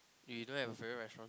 you don't have a favourite restaurant